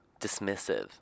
dismissive